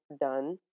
done